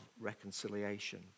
reconciliation